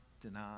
Deny